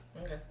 Okay